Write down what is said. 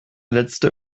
letzte